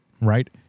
right